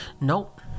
Nope